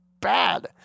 bad